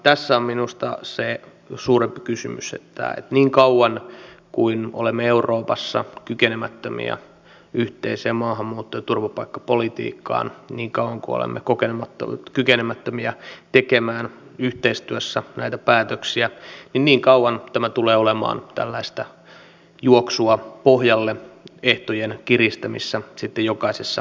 tässä on minusta se suurempi kysymys että niin kauan kuin olemme euroopassa kykenemättömiä yhteiseen maahanmuutto ja turvapaikkapolitiikkaan niin kauan kuin olemme kykenemättömiä tekemään yhteistyössä näitä päätöksiä niin kauan tämä tulee olemaan tällaista juoksua pohjalle ehtojen kiristämisessä sitten jokaisessa jäsenvaltiossa